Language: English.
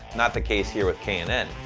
not the case here with k and n.